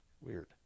weird